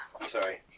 Sorry